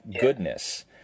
goodness